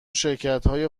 شرکتهای